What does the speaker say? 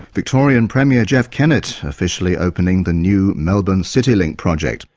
victorian premier, jeff kennett, officially opening the new melbourne citylink project.